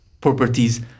properties